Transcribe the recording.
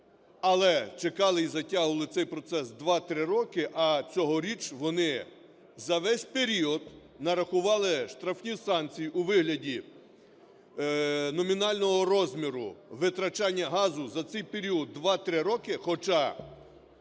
але чекали і затягували цей процес два, три роки, а цьогоріч вони за весь період нарахували штрафні санкції у вигляді номінального розміру витрачання газу за цей період два, три роки, хоча